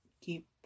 keep